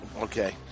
Okay